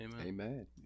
Amen